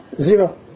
zero